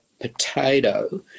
potato